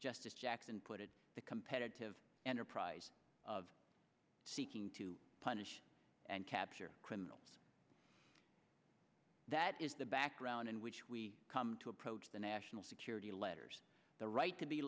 justice jackson put it the competitive enterprise of seeking to punish and capture criminals that is the background in which we come to approach the national security letters the right to be